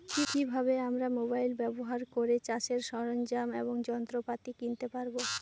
কি ভাবে আমরা মোবাইল ব্যাবহার করে চাষের সরঞ্জাম এবং যন্ত্রপাতি কিনতে পারবো?